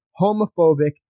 homophobic